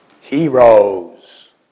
heroes